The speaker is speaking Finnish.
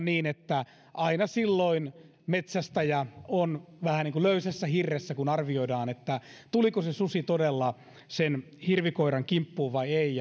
että aina silloin metsästäjä on vähän niin kuin löysässä hirressä kun arvioidaan tuliko se susi todella sen hirvikoiran kimppuun vai ei